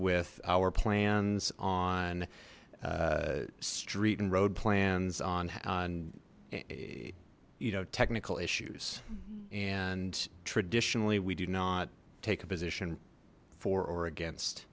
with our plans on street and road plans on a you know technical issues and traditionally we do not take a position for or against